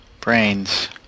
Brains